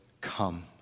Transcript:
come